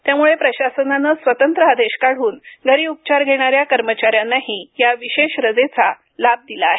त्यामुळे प्रशासनाने स्वतंत्र आदेश काढून घरी उपचार घेणाऱ्या कर्मचाऱ्यांनाही या विशेष रजेचा लाभ दिला आहे